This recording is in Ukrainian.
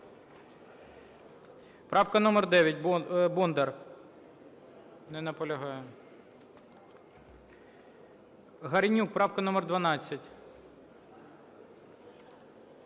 Правка номер 9, Бондар. Не наполягає. Горенюк, правка номер 12.